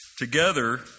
Together